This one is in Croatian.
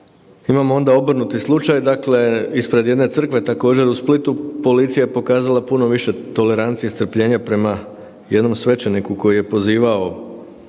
Imamo onda obrnuti slučaj, dakle ispred jedne crkve također u Splitu policija je pokazala puno više tolerancije, strpljenja prema jednom svećeniku koji je pozivao